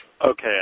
Okay